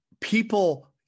people